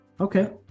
Okay